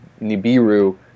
Nibiru